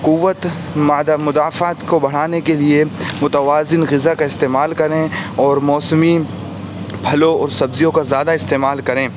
قوت مدافعت کو بڑھانے کے لیے متوازن غذا کا استعمال کریں اور موسمی پھلوں اور سبزیوں کا زیادہ استعمال کریں